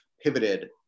pivoted